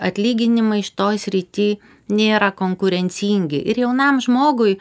atlyginimai šitoj srity nėra konkurencingi ir jaunam žmogui